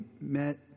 met